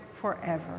forever